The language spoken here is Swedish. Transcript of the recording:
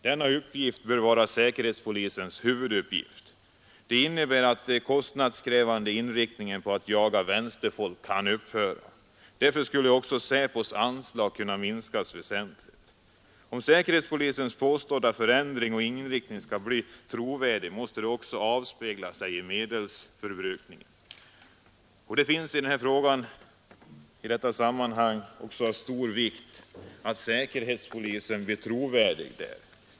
Denna uppgift bör vara säkerhetspolisens huvuduppgift. Det innebär att den kostnadskrävande inriktningen på att jaga vänsterfolk kan upphöra. SÄPO:s anslag skulle därför också kunna minskas väsentligt. Om säkerhetspolisens påstådda förändrade inriktning skall bli trovärdig, måste det väl också avspegla sig i medelsförbrukningen. Det finns även en fråga som i detta sammanhang är av största vikt för att säkerhetspolisen skall bli trovärdig.